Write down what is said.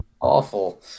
Awful